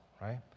right